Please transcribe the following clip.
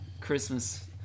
Christmas